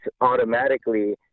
automatically